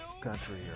country